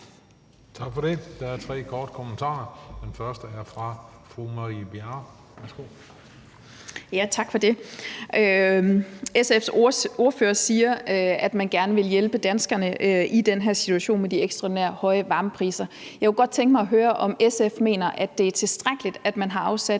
er tre, der har bedt om korte bemærkninger. Den første er fru Marie Bjerre. Værsgo. Kl. 18:07 Marie Bjerre (V): Tak for det. SF's ordfører siger, at man gerne vil hjælpe danskerne i den her situation med de ekstraordinært høje varmepriser. Jeg kunne godt tænke mig at høre, om SF mener, at det er tilstrækkeligt, at man har afsat